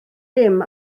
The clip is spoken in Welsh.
dim